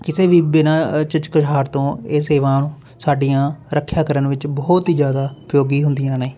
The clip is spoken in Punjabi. ਕਿਸੇ ਵੀ ਬਿਨਾਂ ਝਿਜਕਹਾਟ ਤੋਂ ਇਹ ਸੇਵਾ ਸਾਡੀਆਂ ਰੱਖਿਆ ਕਰਨ ਵਿੱਚ ਬਹੁਤ ਹੀ ਜ਼ਿਆਦਾ ਉਪਯੋਗੀ ਹੁੰਦੀਆਂ ਨੇ